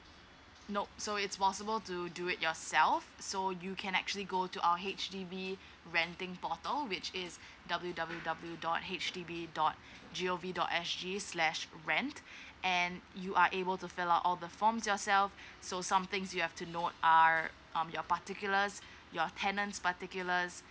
nope so it's possible to do it yourself so you can actually go to our H_D_B renting portal which is W W W dot H D B dot G O V dot S G slash rent and you are able to fill up all the forms yourself so some things you have to note are um your particulars your tenants particulars